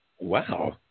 wow